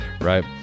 right